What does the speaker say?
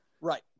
Right